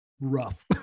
rough